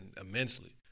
immensely